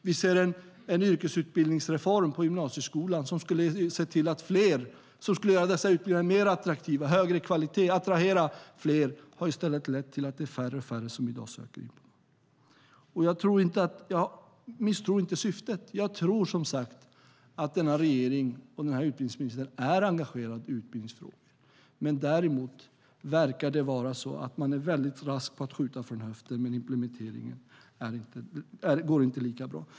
Vi ser en yrkesutbildningsreform i gymnasieskolan som skulle göra dessa utbildningar mer attraktiva - de skulle ha högre kvalitet och attrahera fler - men som i stället har lett till att det är färre och färre som i dag söker till dem. Jag misstror inte syftet. Jag tror, som sagt, att denna regering och utbildningsministern är engagerad i utbildningsfrågor. Däremot verkar man vara mycket rask med att skjuta från höften. Men implementeringen går inte lika bra.